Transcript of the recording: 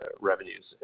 revenues